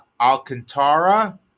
Alcantara